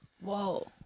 Whoa